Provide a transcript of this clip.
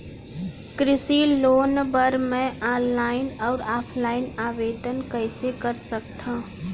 कृषि लोन बर मैं ऑनलाइन अऊ ऑफलाइन आवेदन कइसे कर सकथव?